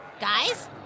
Guys